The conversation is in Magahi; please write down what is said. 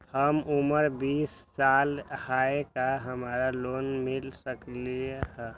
हमर उमर बीस साल हाय का हमरा लोन मिल सकली ह?